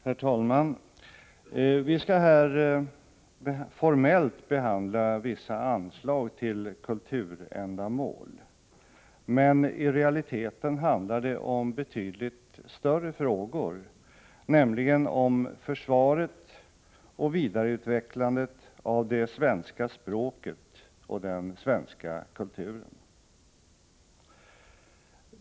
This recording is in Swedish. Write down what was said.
Herr talman! Vi skall här formellt behandla vissa anslag till kulturändamål, men i realiteten handlar det om betydligt större frågor, nämligen om försvaret och vidareutvecklandet av det svenska språket och den svenska kulturen.